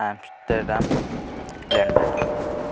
Amsterdam London